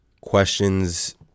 questions